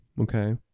okay